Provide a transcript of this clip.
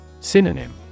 Synonym